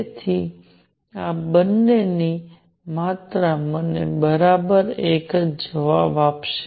તેથી આ બંને માત્રા મને બરાબર એક જ જવાબ આપશે